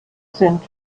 sind